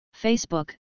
Facebook